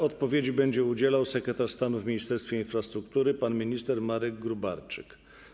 Odpowiedzi będzie udzielał sekretarz stanu w Ministerstwie Infrastruktury pan minister Marek Gróbarczyk.